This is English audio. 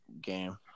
game